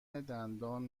دندان